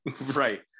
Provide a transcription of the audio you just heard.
right